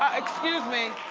ah excuse me.